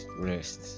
rest